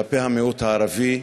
כלפי המיעוט הערבי,